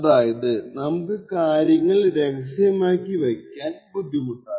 അതായാത് നമുക്ക് കാര്യങ്ങൾ രഹസ്യമാക്കി വയ്ക്കാൻ ബുദ്ധിമുട്ടാണ്